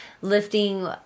lifting